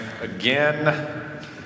again